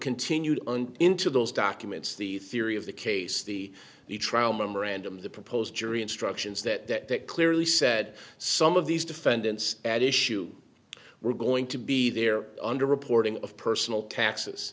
continued on into those documents the theory of the case the the trial memorandum the proposed jury instructions that clearly said some of these defendants at issue were going to be there under reporting of personal taxes